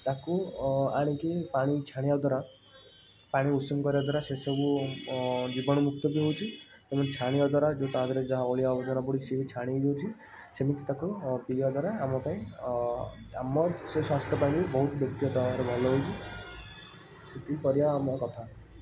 ତାକୁ ଆଣିକି ପାଣିକି ଛାଣିବା ଦ୍ଵାରା ପାଣି ଉଷୁମ କରିବା ଦ୍ଵାରା ସେସବୁ ଜୀବାଣୁମୁକ୍ତ ବି ହେଉଛି ଏବଂ ଛାଣିବା ଦ୍ଵାରା ଯେଉଁ ତା' ଦେହରେ ଯାହା ଅଳିଆ ଆବର୍ଜନା ପଡ଼ିଛି ସିଏ ବି ଛାଣି ହେଇଯାଉଛି ସେମିତି ତାକୁ ଓ ପିଇବା ଦ୍ଵାରା ଆମ ପାଇଁ ଆମ ସେ ସ୍ୱାସ୍ଥ୍ୟ ପାଇଁ ବି ବହୁତ ଭଲ ହେଉଛି ସେତିକି କରିବା ଆମ କଥା